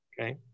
Okay